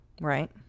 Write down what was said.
right